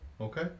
Okay